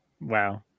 wow